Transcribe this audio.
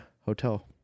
hotel